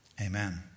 Amen